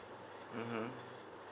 mmhmm